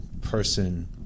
person